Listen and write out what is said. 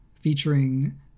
featuring